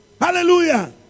Hallelujah